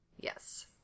Yes